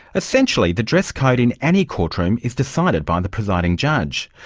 essentially the dress code in any courtroom is decided by the presiding judge.